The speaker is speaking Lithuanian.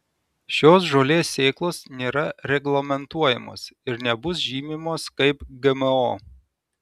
šios žolės sėklos nėra reglamentuojamos ir nebus žymimos kaip gmo